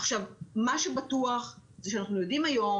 מה שבטוח שאנחנו יודעים היום